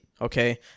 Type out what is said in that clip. okay